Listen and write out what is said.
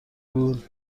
بود